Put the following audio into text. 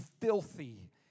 filthy